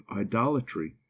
idolatry